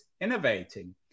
innovating